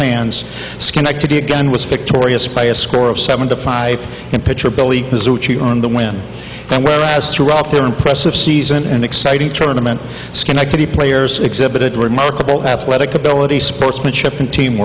fans schenectady again with victoria spy a score of seventy five and pitcher billy on the win and has throughout their impressive season an exciting tournaments schenectady players exhibited remarkable athletic ability sportsmanship and team